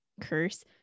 curse